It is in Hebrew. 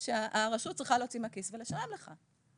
שהרשות צריכה להוציא מהכיס ולשלם לו.